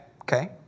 okay